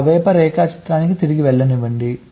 ఆ వ్రాపర్ రేఖాచిత్రానికి తిరిగి వెళ్ళనివ్వండి